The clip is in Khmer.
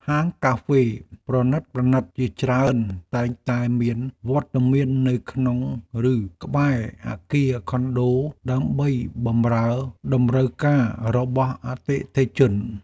ហាងកាហ្វេប្រណីតៗជាច្រើនតែងតែមានវត្តមាននៅក្នុងឬក្បែរអគារខុនដូដើម្បីបម្រើតម្រូវការរបស់អតិថិជន។